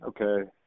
okay